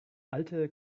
alte